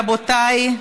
אפילו, רבותיי,